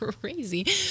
crazy